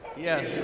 Yes